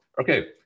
Okay